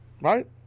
right